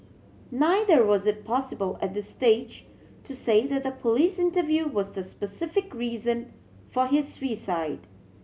neither was it possible at this stage to say that the police interview was the specific reason for his suicide